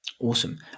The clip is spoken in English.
Awesome